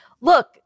Look